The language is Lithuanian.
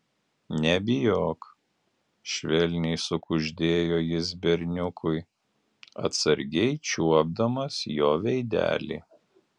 nebijok švelniai sukuždėjo jis berniukui atsargiai čiuopdamas jo veidelį